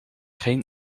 geen